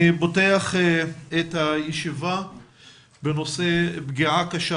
אני פותח את הישיבה בנושא פגיעה קשה